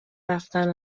رفتن